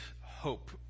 hope